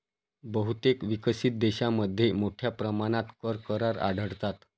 बहुतेक विकसित देशांमध्ये मोठ्या प्रमाणात कर करार आढळतात